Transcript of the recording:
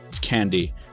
candy